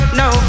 no